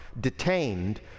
detained